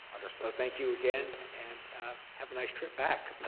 and so thank you again, and have a nice trip back.